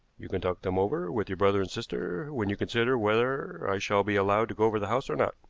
you can talk them over with your brother and sister when you consider whether i shall be allowed to go over the house or not.